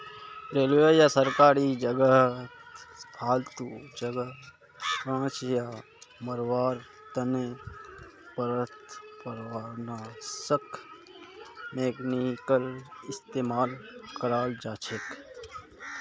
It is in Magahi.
रेलवे या सरकारी जगहत फालतू गाछ ला मरवार तने खरपतवारनाशक केमिकल इस्तेमाल कराल जाछेक